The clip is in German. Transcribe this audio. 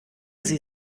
sie